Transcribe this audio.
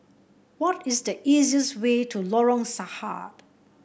what is the easiest way to Lorong Sarhad